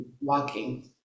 walking